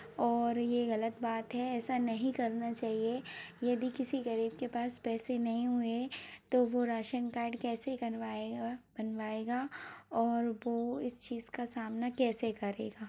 और ये गलत बात है ऐसा नहीं करना चाहिए यदि किसी गरीब के पास पैसे नहीं हुए तो वो राशन कार्ड कैसे बन बनवाएगा बनवाएगा और वो इस चीज का सामना कैसे करेगा